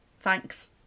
thanks